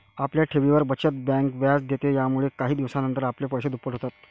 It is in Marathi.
आपल्या ठेवींवर, बचत बँक व्याज देते, यामुळेच काही दिवसानंतर आपले पैसे दुप्पट होतात